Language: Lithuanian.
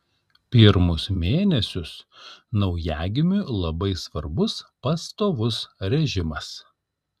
pirmus mėnesius naujagimiui labai svarbus pastovus režimas